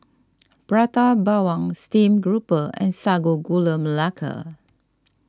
Prata Bawang Steamed Grouper and Sago Gula Melaka